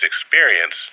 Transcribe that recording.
experience